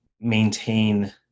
maintain